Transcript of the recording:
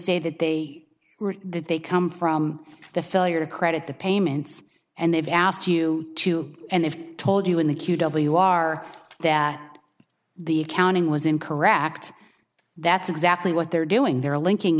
say that they were that they come from the failure to credit the payments and they've asked you to and they've told you in the q w are that the accounting was incorrect that's exactly what they're doing they're linking